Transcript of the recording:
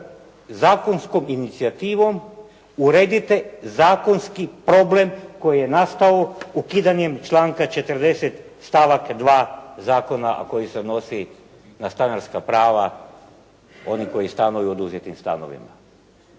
zakonskom inicijativom uredite zakonski problem koji je nastao ukidanjem članka 40. stavak 2. Zakona» a koji se odnosi na stanarska prava onih koji stanuju u oduzetim stanovima.